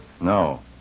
No